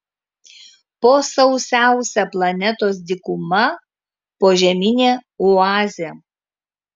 po sausiausia planetos dykuma požeminė oazė